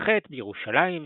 בתרל"ח בירושלים,